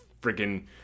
freaking